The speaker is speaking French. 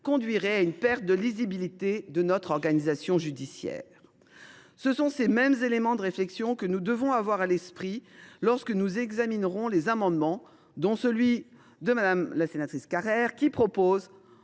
conduirait à une perte de lisibilité de notre organisation judiciaire. Ce sont ces éléments de réflexion que nous devrons avoir à l’esprit lorsque nous examinerons les amendements, dont celui de Mme Carrère, qui ont